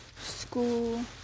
school